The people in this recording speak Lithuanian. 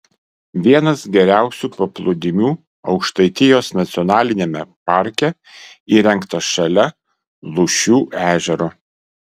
vienas geriausių paplūdimių aukštaitijos nacionaliniame parke įrengtas šalia lūšių ežero